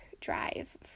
drive